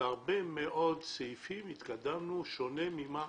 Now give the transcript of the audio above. בהרבה מאוד סעיפים התקדמנו שונה ממה